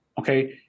okay